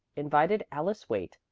invited alice waite,